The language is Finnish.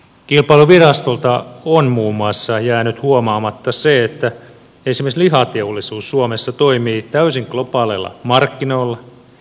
kilpailuvirastolta on muun muassa jäänyt huomaamatta se että esimerkiksi lihateollisuus suomessa toimii täysin globaaleilla markkinoilla